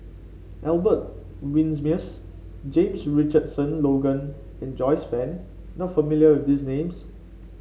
Albert Winsemius James Richardson Logan and Joyce Fan not familiar with these names